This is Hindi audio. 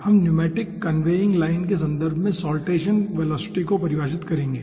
हम न्यूमेटिक कन्वेयिंग लाइन के संदर्भ में साल्टेसन वेलोसिटी को परिभाषित करेंगे